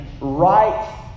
right